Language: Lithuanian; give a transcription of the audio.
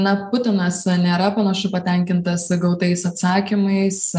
na putinas nėra panašu patenkintas gautais atsakymais